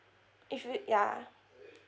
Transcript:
if you ya